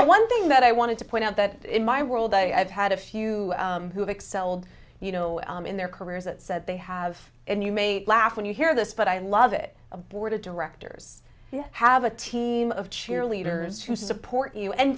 get one thing that i wanted to point out that in my world i've had a few who have excelled you know in their careers that said they have and you may laugh when you hear this but i love it a board of directors you have a team of cheerleaders who support you and